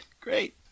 Great